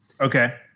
Okay